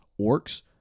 orcs